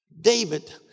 David